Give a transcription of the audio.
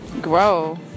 grow